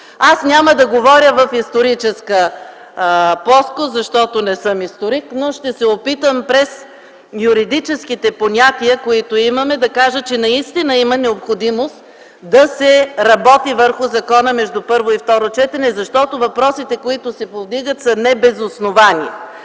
Аз няма да говоря в историческа плоскост, защото не съм историк, но ще се опитам през юридическите понятия, които имаме, да кажа, че наистина има необходимост да се работи върху законопроекта между първо и второ четене. Въпросите, които се повдигат, не са без основание.